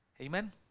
Amen